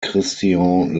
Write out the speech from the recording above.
christian